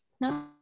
No